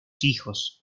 hijos